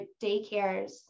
daycares